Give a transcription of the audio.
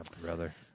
brother